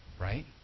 right